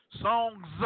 Songs